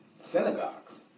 synagogues